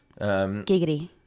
Giggity